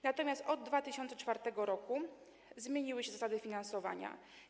Natomiast od 2004 r. zmieniły się zasady finansowania.